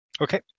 Okay